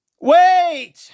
Wait